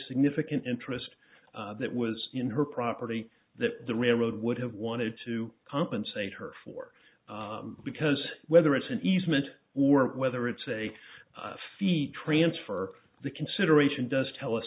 significant interest that was in her property that the railroad would have wanted to compensate her for because whether it's an easement or whether it's a fee transfer the consideration does tell us